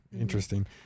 Interesting